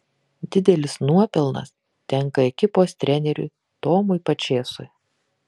didelis nuopelnas tenka ekipos treneriui tomui pačėsui